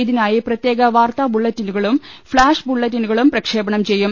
ഇതിനായി പ്രത്യേക വാർത്താ ബുള്ളറ്റിനുകളും ഫ്ളാഷ് ബുള്ളറ്റിനുകളും പ്രക്ഷേപണം ചെയ്യും